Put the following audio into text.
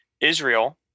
Israel